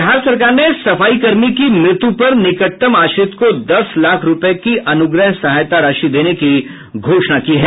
बिहार सरकार ने सफाईकर्मी की मृत्यु पर निकटतम आश्रित को दस लाख रूपए की अनुग्रह सहायता राशि देने की घोषणा की है